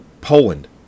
Poland